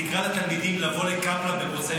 תקרא לתלמידים לבוא לקפלן במוצאי